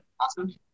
awesome